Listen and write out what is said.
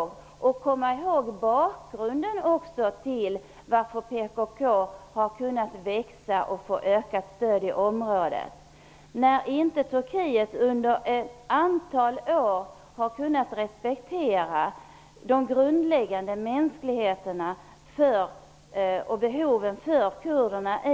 Vi måste också komma ihåg bakgrunden till varför PKK har kunnat växa och få ökat stöd i området. När inte Turkiet under ett antal år har kunnat respektera de grundläggande mänskliga rättigheterna och kurdernas behov